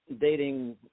dating